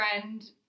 friend